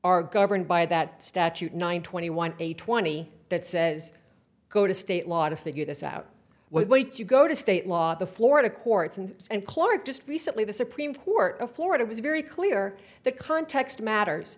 are governed by that statute nine twenty one hundred twenty that says go to state law to figure this out what waits you go to state law the florida courts and and clark just recently the supreme court of florida was very clear the context matters